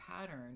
pattern